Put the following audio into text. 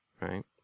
right